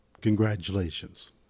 congratulations